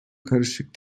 karışık